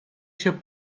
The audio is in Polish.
się